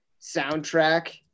soundtrack